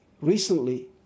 recently